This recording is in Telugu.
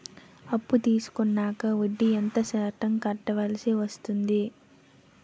అప్పు తీసుకున్నాక వడ్డీ ఎంత శాతం కట్టవల్సి వస్తుంది?